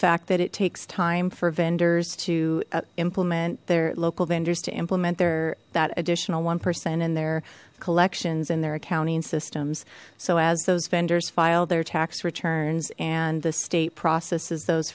fact that it takes time for vendors to implement their local vendors to implement their that additional one percent in their collections and their accounting systems so as those vendors file their tax returns and the state processes those